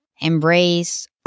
Embrace